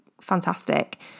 fantastic